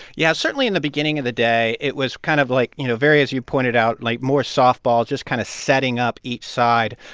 yeah. certainly, in the beginning of the day, it was kind of like, you know, very, as you pointed out, like, more softballs, just kind of setting up each side.